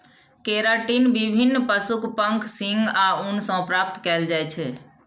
keratin विभिन्न पशुक पंख, सींग आ ऊन सं प्राप्त कैल जाइ छै